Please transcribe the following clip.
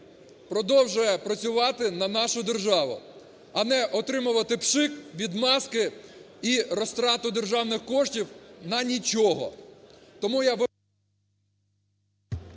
продовжує працювати на нашу державу. А не отримувати пшик від маски і розтрату державних коштів на нічого.